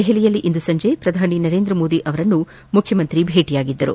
ದೆಹಲಿಯಲ್ಲಿ ಈ ಸಂಜೆ ಪ್ರಧಾನಿ ನರೇಂದ್ರ ಮೋದಿ ಅವರನ್ನು ಮುಖ್ಯಮಂತ್ರಿ ಭೇಟಿಯಾಗಿದ್ದರು